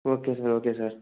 okay sir okay sir